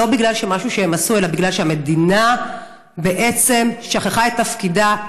בגלל משהו שהן עשו אלא כי המדינה בעצם שכחה את תפקידה,